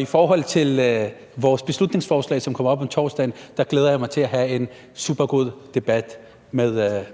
I forhold til vores beslutningsforslag, som kommer til behandling på torsdag, glæder jeg mig til at have en supergod debat med